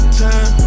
time